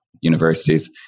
Universities